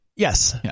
Yes